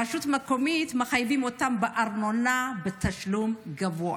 הרשות המקומית מחייבת אותם בתשלום גבוה